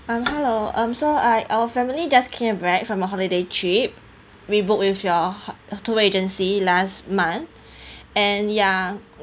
um hello um so I our family just came back from a holiday trip we book with your tour agency last month and ya